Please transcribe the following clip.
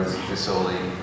Facility